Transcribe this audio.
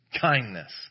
kindness